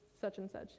such-and-such